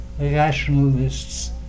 rationalists